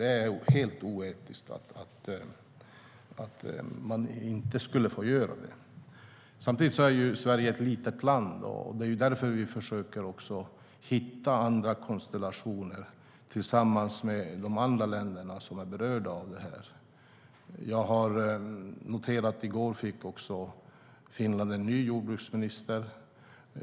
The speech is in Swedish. Det är helt oetiskt att man inte skulle få göra det. Samtidigt är Sverige ett litet land. Det är därför vi försöker hitta andra konstellationer tillsammans med de andra länder som är berörda av detta. Jag har noterat att Finland i går fick en ny jordbruksminister.